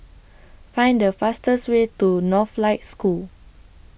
Find The fastest Way to Northlight School